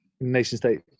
nation-state